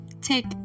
take